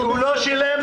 הוא לא שילם.